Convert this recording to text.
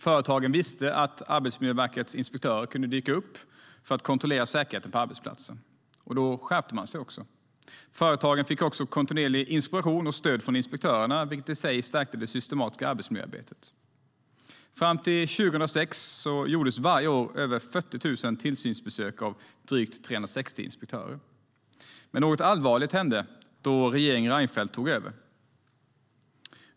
Företagen visste att Arbetsmiljöverkets inspektörer kunde dyka upp för att kontrollera säkerheten på arbetsplatsen, och då skärpte de sig. Företagen fick också kontinuerlig inspiration och stöd från inspektörerna, vilket i sig stärkte det systematiska arbetsmiljöarbetet. Fram till 2006 gjordes varje år över 40 000 tillsynsbesök av drygt 360 inspektörer. Men något allvarligt hände då regeringen Reinfeldt tog över.